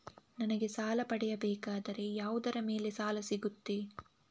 ನನಗೆ ಸಾಲ ಪಡೆಯಬೇಕಾದರೆ ಯಾವುದರ ಮೇಲೆ ಸಾಲ ಸಿಗುತ್ತೆ?